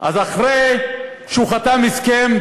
אז אחרי שהוא חתם הסכם,